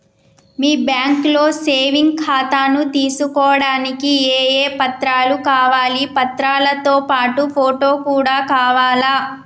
మీ బ్యాంకులో సేవింగ్ ఖాతాను తీసుకోవడానికి ఏ ఏ పత్రాలు కావాలి పత్రాలతో పాటు ఫోటో కూడా కావాలా?